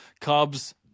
Cubs